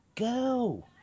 Go